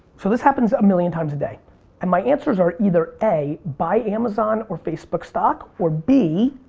so this happens a million times a day and my answers are either a, buy amazon or facebook stock or b,